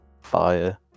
fire